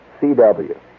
CW